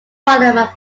parliament